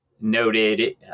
noted